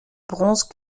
bronze